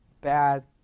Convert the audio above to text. bad